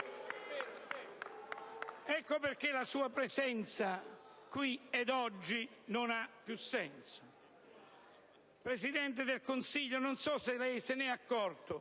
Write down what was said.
Ecco perché la sua presenza, qui ed oggi, non ha più senso. Presidente del Consiglio, non so se lei se ne è accorto,